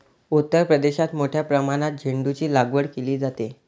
उत्तर प्रदेशात मोठ्या प्रमाणात झेंडूचीलागवड केली जाते